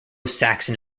saxon